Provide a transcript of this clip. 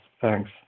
Thanks